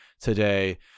today